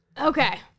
Okay